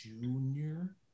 junior